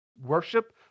worship